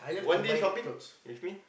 one day shopping with me